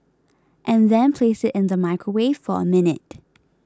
and then place it in the microwave for a minute